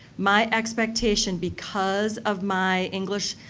my expectation because of my english